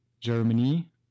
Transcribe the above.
Germany